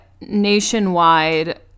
Nationwide